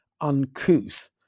uncouth